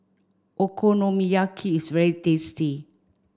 Okonomiyaki is very tasty